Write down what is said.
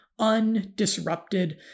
undisrupted